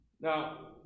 Now